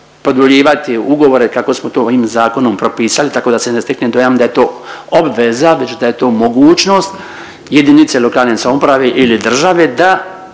produljivati ugovore kako smo to ovim zakonom propisali tako da se ne stekne dojam da je to obveza već da je to mogućnost jedinice lokalne samouprave ili države da